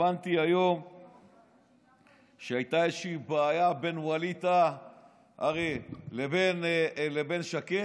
הבנתי היום שהייתה איזושהי בעיה בין ווליד טאהא לבין שקד,